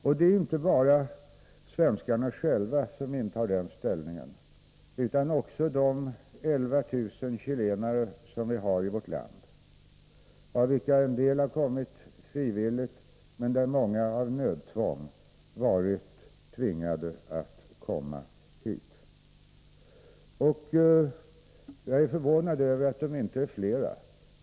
Och det är inte bara svenskarna själva som intar den ståndpunkten utan också de 11 000 chilenare som vi har i vårt land, av vilka en del har kommit frivilligt men många har varit tvingade att komma hit.